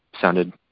sounded